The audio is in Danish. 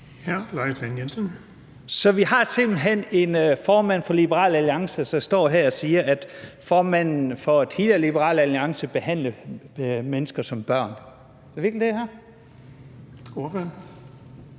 Så vi har simpelt hen en formand for Liberal Alliance, som står her og siger, at den tidligere formand for Liberal Alliance behandlede mennesker som børn. Er det virkelig det, jeg